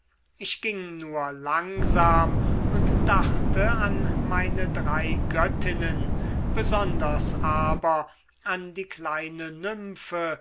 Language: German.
ich ging nur langsam und dachte an meine drei göttinnen besonders aber an die kleine nymphe